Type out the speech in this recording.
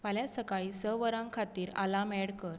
फाल्यां सकाळी स वरां खातीर आलार्म ऍड कर